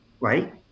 right